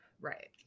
right